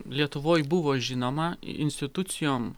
lietuvoj buvo žinoma institucijom